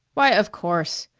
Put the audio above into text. why, of course.